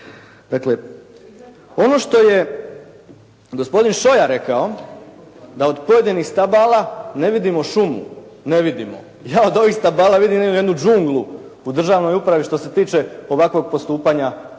Dakle ono što je gospodin Šoja rekao da od pojedinih stabala ne vidimo šumu, ne vidimo. Ja od ovih stabala vidim jednu đunglu u državnoj upravi što se tiče ovakvog postupanja prema